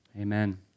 Amen